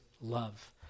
love